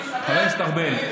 חבר הכנסת ארבל.